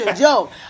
Yo